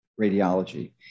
radiology